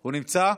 הוא נמצא?